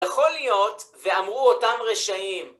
יכול להיות, ואמרו אותם רשעים.